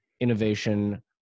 innovation